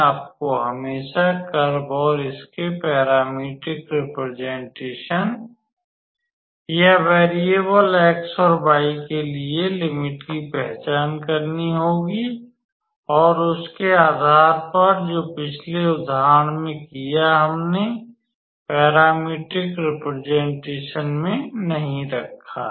आपको हमेशा कर्व और इसके पैरामीट्रिक रेप्रेजेंटेस्न या वैरीयबल x और y के लिए लिमिट की पहचान करनी होगी और उसके आधार पर जो पिछले उदाहरण में किया हमने पैरामीट्रिक रेप्रेजेंटेस्न में नहीं रखा है